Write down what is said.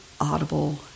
audible